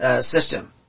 System